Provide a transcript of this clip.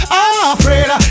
afraid